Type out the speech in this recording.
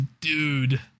Dude